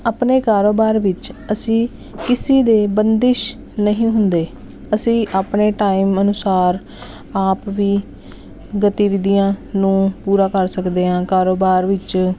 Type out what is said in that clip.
ਆਪਣੇ ਕਾਰੋਬਾਰ ਵਿੱਚ ਅਸੀਂ ਕਿਸੇ ਦੇ ਬੰਦਿਸ਼ ਨਹੀਂ ਹੁੰਦੇ ਅਸੀਂ ਆਪਣੇ ਟਾਈਮ ਅਨੁਸਾਰ ਆਪ ਵੀ ਗਤੀਵਿਧੀਆਂ ਨੂੰ ਪੂਰਾ ਕਰ ਸਕਦੇ ਹਾਂ ਕਾਰੋਬਾਰ ਵਿੱਚ